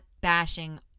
bashing